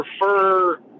prefer